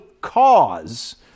cause